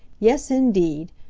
yes, indeed,